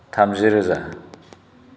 थामजि रोजा